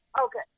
Okay